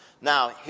Now